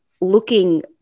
looking